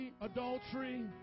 adultery